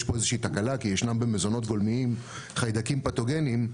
יש פה איזושהי תקלה כי ישנם במזונות גולמיים חיידקים פתוגניים,